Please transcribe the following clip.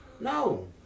no